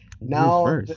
now